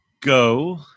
go